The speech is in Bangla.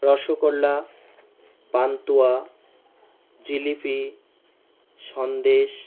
রসগোল্লা পান্তুয়া জিলিপি সন্দেশ